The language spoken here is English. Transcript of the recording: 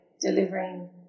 delivering